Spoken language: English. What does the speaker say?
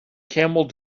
camel